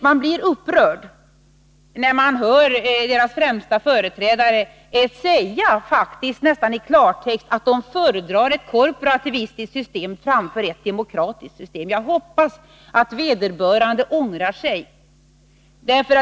Man blir upprörd när man hör industrins främsta företrädare nästan i klartext säga att de föredrar ett korporativistiskt system framför ett demokratiskt system. Jag hoppas att vederbörande ångrar sig.